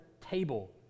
table